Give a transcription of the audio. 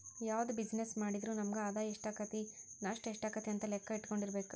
ಯಾವ್ದ ಬಿಜಿನೆಸ್ಸ್ ಮಾಡಿದ್ರು ನಮಗ ಆದಾಯಾ ಎಷ್ಟಾಕ್ಕತಿ ನಷ್ಟ ಯೆಷ್ಟಾಕ್ಕತಿ ಅಂತ್ ಲೆಕ್ಕಾ ಇಟ್ಕೊಂಡಿರ್ಬೆಕು